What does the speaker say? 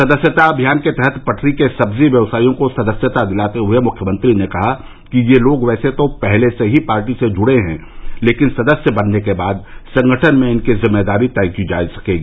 सदस्यता अभियान के तहत पटरी के सब्जी व्यवसायियों को सदस्यता दिलाते हुए मुख्यमंत्री ने कहा कि यह लोग वैसे तो पहले से ही पार्टी से जुड़े रहे हैं लेकिन सदस्य बनने के बाद संगठन में इनकी जिम्मेदारी तय की जा सकेगी